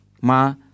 ma